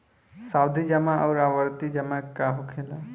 सावधि जमा आउर आवर्ती जमा का होखेला?